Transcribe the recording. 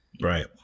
Right